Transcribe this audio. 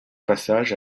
passage